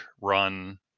run